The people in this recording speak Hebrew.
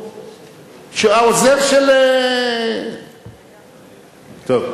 אני מבקש לסלוח לו